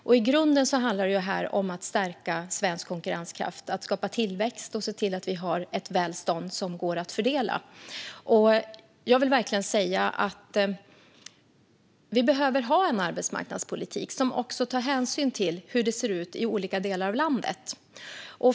I grunden handlar det om att stärka svensk konkurrenskraft, skapa tillväxt och se till att vi har ett välstånd som går att fördela. Jag vill verkligen säga att vi behöver ha en arbetsmarknadspolitik som också tar hänsyn till hur det ser ut i olika delar av landet.